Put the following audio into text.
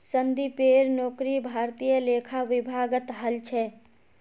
संदीपेर नौकरी भारतीय लेखा विभागत हल छ